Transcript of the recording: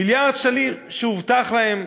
מיליארד השקלים שהובטחו להם: